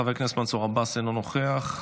חבר הכנסת מנסור עבאס, אינו נוכח.